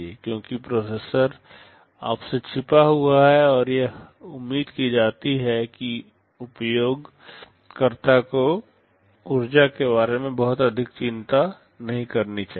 क्योंकि प्रोसेसर आपसे छिपा हुआ है और यह उम्मीद की जाती है कि उपयोगकर्ता को ऊर्जा के बारे में बहुत अधिक चिंता नहीं करनी चाहिए